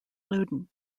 loudoun